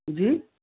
जी